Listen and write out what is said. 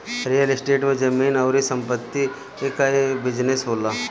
real estate में जमीन अउरी संपत्ति कअ बिजनेस होला